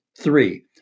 Three